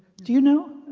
do you know?